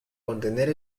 contener